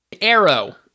Arrow